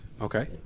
Okay